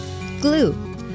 Glue